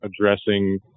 addressing